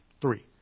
three